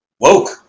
woke